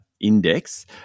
index